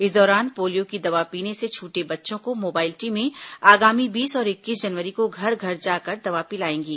इस दौरान पोलियों की दवा पीने से छूटे बच्चों को मोबाइल टीमें आगामी बीस और इक्कीस जनवरी को घर घर जाकर दवा पिलाएंगी